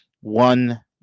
One